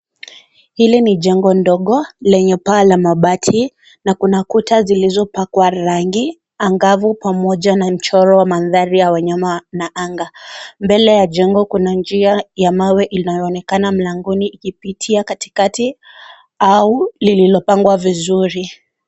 Hili ni jengo ndogo lenye paa la mabati na kuna kuta zilizo pakwa rangi angavu pamoja na mchoro wa mandhari wa wanyama na anga, mbele ya jengo kuna njia ya mawe inayoonekana mlangoni ikipitia katikati au lililopangwa vizuri.